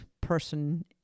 person